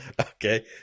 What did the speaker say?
Okay